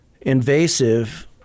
invasive